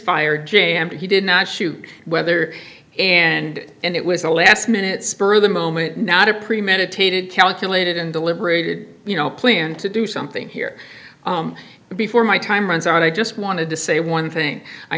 fire j m p he did not shoot whether and and it was a last minute spur of the moment not a premeditated calculated and deliberated you know plan to do something here before my time runs out i just wanted to say one thing i